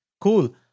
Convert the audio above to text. Cool